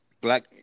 black